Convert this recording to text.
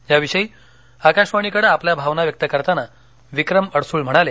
याविषयी आकाशवाणीकडे आपल्या भावना व्यक्त करताना विक्रम अडसुळ म्हणाले